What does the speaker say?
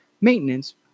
maintenance